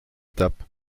étape